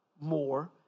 more